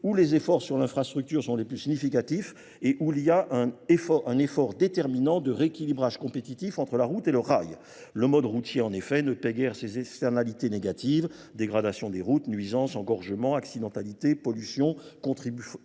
où les efforts sur l'infrastructure sont les plus significatifs et où il y a un effort déterminant de rééquilibrage compétitif entre la route et le rail. Le mode routier en effet ne pégère ses externalités négatives, dégradation des routes, nuisance, engorgement, accidentalité, pollution, contribution